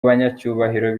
banyacyubahiro